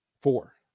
Four